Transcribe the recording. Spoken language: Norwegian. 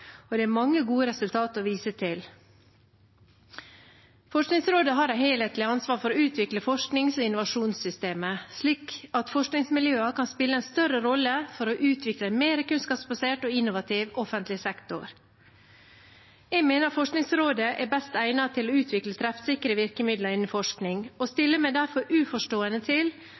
og det er mange gode resultater å vise til. Forskningsrådet har et helhetlig ansvar for å utvikle forsknings- og innovasjonssystemet slik at forskningsmiljøene kan spille en større rolle for å utvikle en mer kunnskapsbasert og innovativ offentlig sektor. Jeg mener at Forskningsrådet er best egnet til å utvikle treffsikre virkemidler innenfor forskning og stiller meg derfor uforstående til